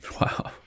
wow